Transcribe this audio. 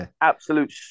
Absolute